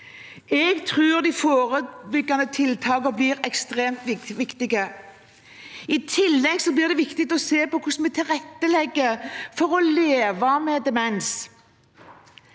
Jeg tror de forebyggende tiltakene blir ekstremt viktige. I tillegg blir det viktig å se på hvordan vi tilrettelegger for å leve med demens.